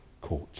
court